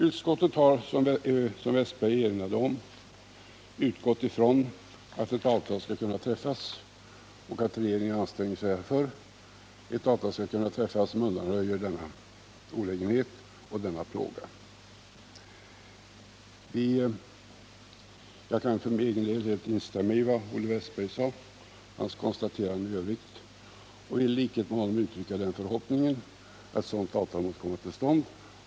Utskottet har, som Olle Wästberg erinrade om, utgått från att ett avtal som undanröjer denna olägenhet och denna plåga skall kunna träffas och att regeringen gör ansträngningar härför. Jag kan för min egen del helt instämma i vad Olle Wästberg sade och i likhet med honom uttrycka den förhoppningen att ett sådant avtal måtte komma till stånd.